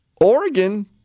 Oregon